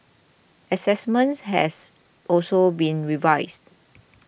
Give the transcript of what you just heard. assessment has also been revised